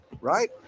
right